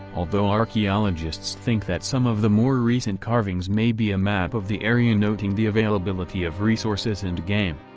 although archaeologists think that some of the more recent carvings may be a map of the area noting the availability of resources and game.